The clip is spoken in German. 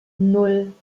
nan